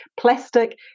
plastic